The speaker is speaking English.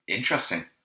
Interesting